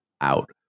out